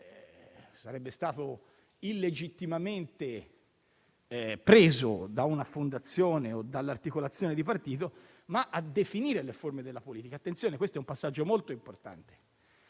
sarebbe stato illegittimamente preso da una fondazione o dall'articolazione di partito, ma per definire le forme della politica. Attenzione! Questo è un passaggio molto importante.